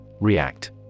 React